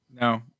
No